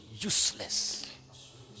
useless